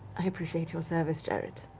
i appreciate your service, jarrett.